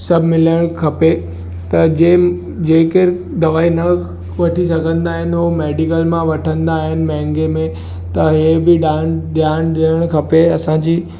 सभु मिलणु खपे त जे जेके दवाई न वठी सघंदा आहिनि उहे मेडिकल मां वठंदा आहिनि महंगे में त इहे बि ध्यानु ध्यानु ॾियणु खपे असांजी